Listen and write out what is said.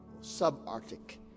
sub-Arctic